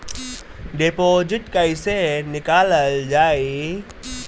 Deposit कैसे निकालल जाइ?